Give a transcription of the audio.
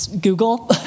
google